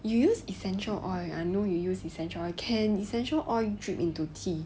you use essential oil I know you use essential can essential oil drip into tea